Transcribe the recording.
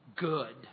Good